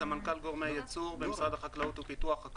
סמנכ"ל גורמי הייצור במשרד החקלאות ופיתוח הכפר.